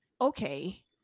okay